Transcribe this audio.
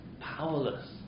powerless